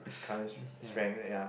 current strength ya